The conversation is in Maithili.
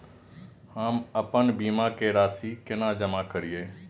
हम आपन बीमा के राशि केना जमा करिए?